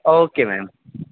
okay ma'am